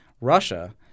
Russia